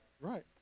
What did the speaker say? Right